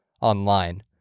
online